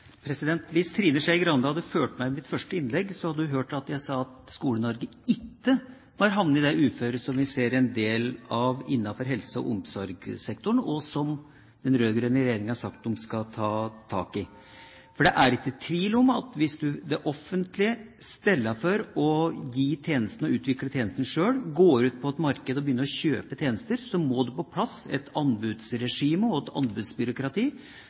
Hvis Trine Skei Grande hadde fulgt med i hva jeg sa i mitt første innlegg, hadde hun hørt at jeg sa at Skole-Norge ikke har havnet i et slikt uføre som det vi ser en del av innenfor helse- og omsorgssektoren, og som den rød-grønne regjeringa har sagt de skal ta tak i. For det er ikke tvil om at hvis det offentlige i stedet for å yte tjenestene selv og utvikle tjenestene selv går ut på et marked og begynner å kjøpe tjenester, må det på plass et anbudsregime og et anbudsbyråkrati